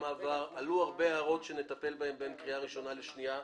עלו הרבה הערות שנטפל בהן בין קריאה ראשונה לשנייה ושלישית.